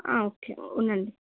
okay ఉండండి